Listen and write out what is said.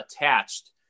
attached